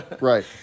Right